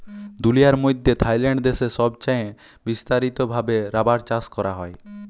দুলিয়ার মইধ্যে থাইল্যান্ড দ্যাশে ছবচাঁয়ে বিস্তারিত ভাবে রাবার চাষ ক্যরা হ্যয়